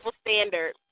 standard